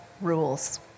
rules